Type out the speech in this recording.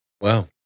Wow